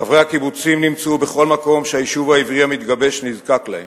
חברי הקיבוצים נמצאו בכל מקום שהיישוב העברי המתגבש נזקק להם: